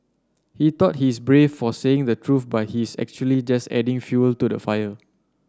he thought he's brave for saying the truth but he's actually just adding fuel to the fire